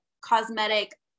cosmetic